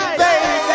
baby